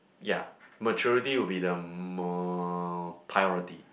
ya maturity will be the more priority